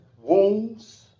wounds